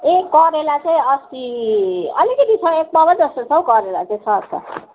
ए करेला चाहिँ अस्ति अलिकति छ एक पावा जस्तो छ हौ करेला चाहिँ छ छ